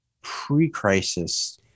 pre-crisis